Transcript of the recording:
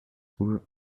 grew